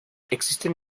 existen